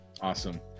Awesome